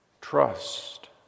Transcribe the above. trust